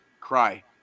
cry